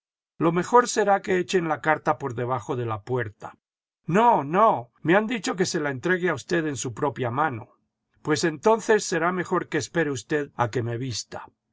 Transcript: lo mejor seréí que echen la carta por debajo de la puerta no no me han dicho que se la entregue a usted en su propia mano pues entonces será mejor que espere usted a que me vista